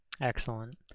Excellent